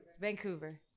Vancouver